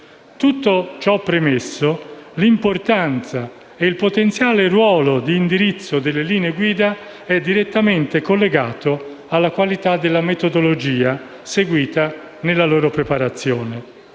Tutto ciò premesso, l'importanza e il potenziale ruolo di indirizzo delle linee guida sono direttamente collegati alla qualità della metodologia seguita nella loro preparazione.